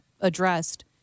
addressed